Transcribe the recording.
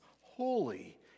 holy